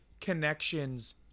connections